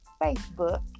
Facebook